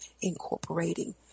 incorporating